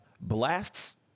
blasts